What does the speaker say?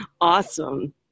Awesome